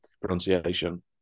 pronunciation